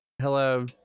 Hello